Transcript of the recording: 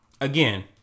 Again